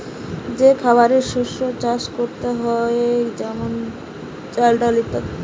যে খাবারের শস্য চাষ করতে হয়ে যেমন চাল, ডাল ইত্যাদি